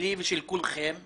שלי ושל כולכם,